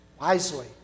wisely